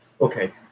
Okay